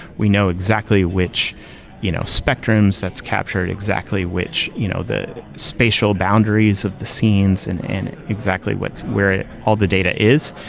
we know exactly which you know spectrums that's captured exactly, which you know the spatial boundaries of the scenes and and exactly where all the data is.